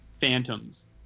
phantoms